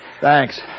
Thanks